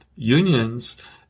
Unions